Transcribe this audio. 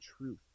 truth